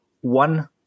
one